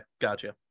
gotcha